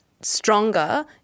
stronger